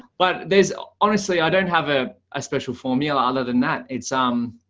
but there's honestly i don't have a ah special formula other than that it's um,